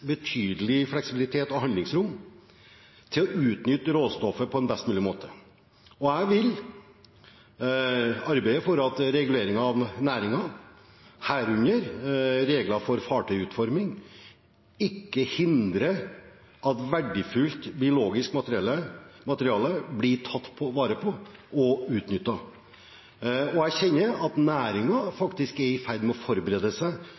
betydelig fleksibilitet og handlingsrom til å utnytte råstoffet på en best mulig måte. Jeg vil arbeide for at reguleringen av næringen, herunder regler for fartøyutforming, ikke hindrer at verdifullt biologisk materiale blir tatt vare på og utnyttet. Jeg kjenner at næringen i betydelig grad faktisk er i ferd med å forberede seg